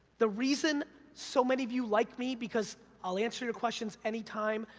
the reason so many of you like me because i'll answer your questions any time,